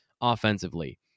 offensively